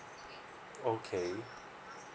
okay